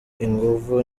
inguvu